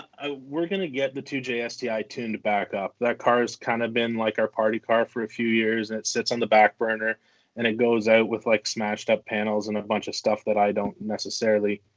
ah we're gonna get the two j ah sti tuned back up. that car has kind of been like our party car for a few years. it sits on the back burner and it goes out with like smashed up panels and a bunch of stuff that i don't necessarily